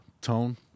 Tone